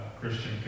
Christian